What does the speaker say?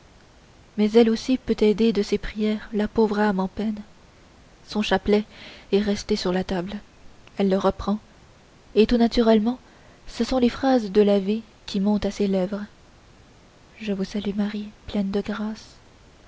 mais elle aussi peut aider de ses prières la pauvre âme en peine son chapelet est resté sur la table elle le reprend et tout naturellement ce sont les phrases de l'ave qui montent à ses lèvres je vous salue marie pleine de grâce